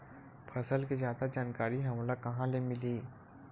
फसल के जादा जानकारी हमला कहां ले मिलही?